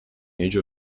age